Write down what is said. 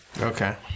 Okay